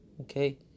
okay